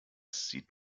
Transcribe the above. sieht